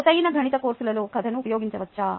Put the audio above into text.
లోతైన గణిత కోర్సులలో కథను ఉపయోగించవచ్చా